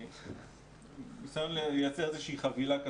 ניסיון לייצר איזושהי חבילה.